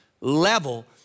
level